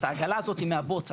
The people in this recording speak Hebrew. את העגלה הזאת מהבוץ,